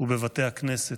ובבתי הכנסת.